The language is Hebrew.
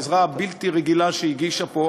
של העזרה הבלתי-רגילה שהיא הגישה פה.